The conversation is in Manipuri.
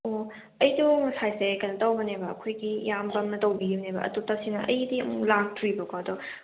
ꯑꯣ ꯑꯩꯗꯣ ꯉꯁꯥꯏꯁꯦ ꯀꯩꯅꯣ ꯇꯧꯕꯅꯦꯕ ꯑꯩꯈꯣꯏꯒꯤ ꯏꯌꯥꯝꯕ ꯑꯃ ꯇꯧꯕꯤꯘꯤꯕꯅꯦꯕ ꯑꯗꯨ ꯇꯁꯦꯡꯅ ꯑꯩꯗꯤ ꯑꯃꯨꯛ ꯂꯥꯛꯇ꯭ꯔꯤꯕꯀꯣ ꯑꯗꯣ